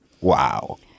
Wow